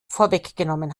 vorweggenommen